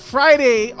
Friday